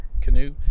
canoe